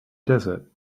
desert